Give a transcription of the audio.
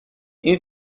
این